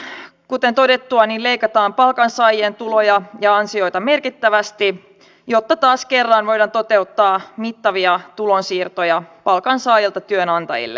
tämän lisäksi kuten todettua leikataan palkansaajien tuloja ja ansioita merkittävästi jotta taas kerran voidaan toteuttaa mittavia tulonsiirtoja palkansaajilta työnantajille